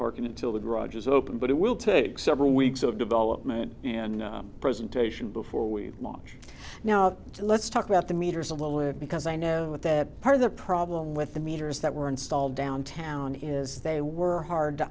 parking until the garage is open but it will take several weeks of development and presentation before we launch now let's talk about the meters a little it because i know that part of the problem with the meters that were installed downtown is they were hard